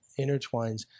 intertwines